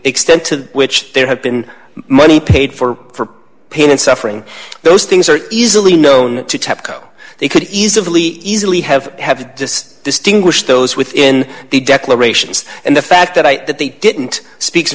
extent to which there have been money paid for for pain and suffering those things are easily known to tepco they could easily easily have had does distinguish those within the declarations and the fact that i that they didn't speaks